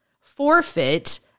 forfeit